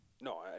No